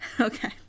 Okay